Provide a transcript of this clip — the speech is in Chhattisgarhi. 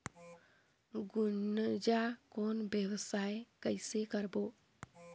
गुनजा कौन व्यवसाय कइसे करबो?